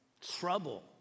trouble